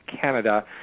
Canada